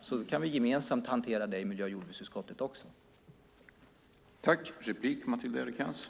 Sedan kan vi gemensamt hantera dem också i miljö och jordbruksutskottet.